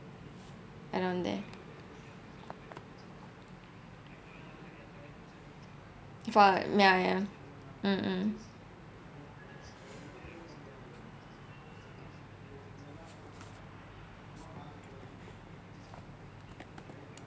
around there for ya ya mm mm